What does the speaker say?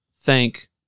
thank